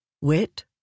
Wit